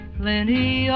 plenty